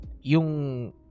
yung